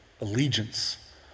allegiance